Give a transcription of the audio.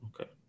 Okay